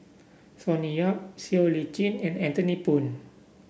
Sonny Yap Siow Lee Chin and Anthony Poon